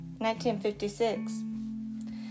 1956